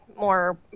more